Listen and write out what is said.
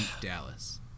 Dallas